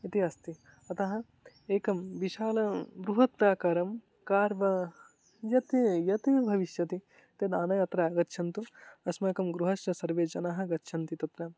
इति अस्ति अतः एकं विशालं बृहत् आकारं कार् वा यत् यत् भविष्यति तद् आनयन्तु अत्र आगच्छन्तु अस्माकं गृहस्य सर्वे जनाः गच्छन्ति तत्र